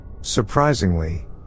Surprisingly